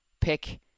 pick